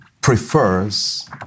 prefers